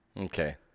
Okay